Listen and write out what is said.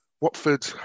Watford